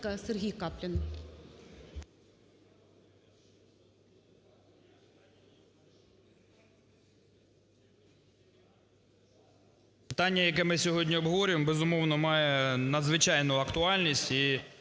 Питання, яке ми сьогодні обговорюємо, безумовно, має надзвичайну актуальність